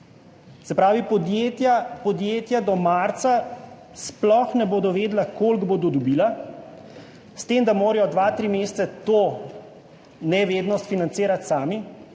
Se pravi, podjetja do marca sploh ne bodo vedela, koliko bodo dobila, s tem, da morajo dva, tri mesece to nevednost financirati sami.